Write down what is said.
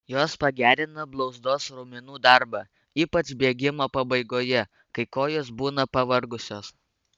jos pagerina blauzdos raumenų darbą ypač bėgimo pabaigoje kai kojos būna pavargusios